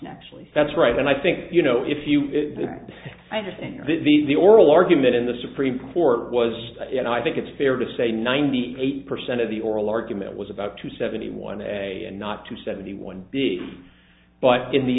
actually that's right and i think you know if you don't understand these the oral argument in the supreme court was and i think it's fair to say ninety eight percent of the oral argument was about to seventy one a and not to seventy one b but in the